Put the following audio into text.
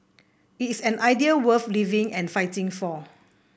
it is an idea worth living and fighting for